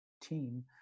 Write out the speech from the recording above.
team